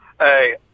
Hey